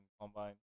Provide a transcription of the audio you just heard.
combine